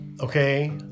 Okay